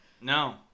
No